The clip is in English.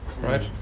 right